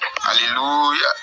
hallelujah